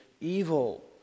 evil